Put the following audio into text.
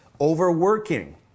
Overworking